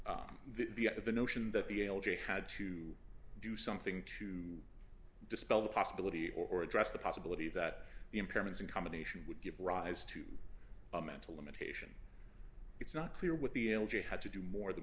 the the notion that the had to do something to dispel the possibility or address the possibility that the impairments in combination would give rise to a mental limitation it's not clear what the injury had to do more than